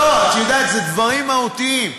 לא, את יודעת, אלו דברים מהותיים.